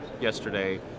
yesterday